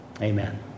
amen